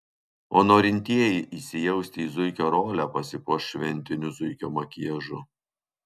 o norintieji įsijausti į zuikio rolę pasipuoš šventiniu zuikio makiažu